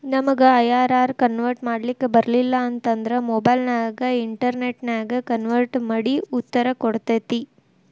ನಮಗ I R R convert ಮಾಡ್ಲಿಕ್ ಬರಲಿಲ್ಲ ಅಂತ ಅಂದ್ರ ಮೊಬೈಲ್ ನ್ಯಾಗ ಇನ್ಟೆರ್ನೆಟ್ ನ್ಯಾಗ ಕನ್ವರ್ಟ್ ಮಡಿ ಉತ್ತರ ಕೊಡ್ತತಿ